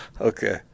Okay